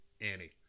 Annie